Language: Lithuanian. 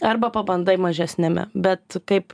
arba pabandai mažesniame bet kaip